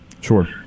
Sure